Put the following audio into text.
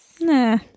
Nah